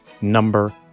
number